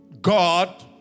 God